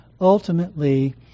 ultimately